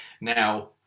Now